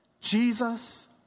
Jesus